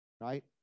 right